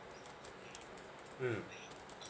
mm